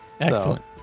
Excellent